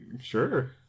Sure